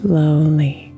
Slowly